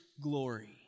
glory